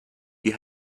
you